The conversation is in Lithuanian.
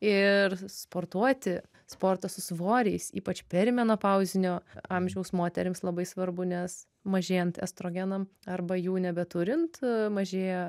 ir sportuoti sportą su svoriais ypač perimenopauzinio amžiaus moterims labai svarbu nes mažėjant estrogenam arba jų nebeturint mažėja